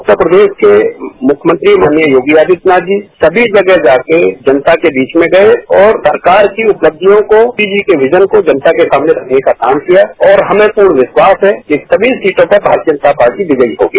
उत्तर प्रदेश के मुख्यमंत्री माननीय योगी आदित्यनाथ जी सभी जगह जाके जनता के बीच में गये और सरकार की उपलब्धियों को मादी जी के मिशन को जनता के सामने रखने का काम किया और हमें पूर्ण विश्वास है कि सभी सीटो ंपर भारतीय जनता पार्टी विजयी होगी